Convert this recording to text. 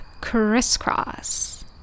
crisscross